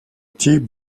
type